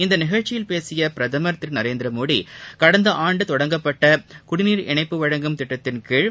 இந்நிகழ்ச்சியில் பேசிய பிரதமர் திரு நரேந்திரமோடி கடந்த ஆண்டு தொடங்கப்பட்ட குடிநீர் இணைப்பு வழங்கும் திட்டத்தின்கீழ்